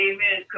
Amen